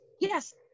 Yes